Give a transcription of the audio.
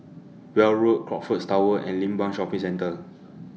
Weld Road Crockfords Tower and Limbang Shopping Centre